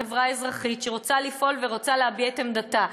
החברה האזרחית שרוצה לפעול ורוצה להביע את עמדתה.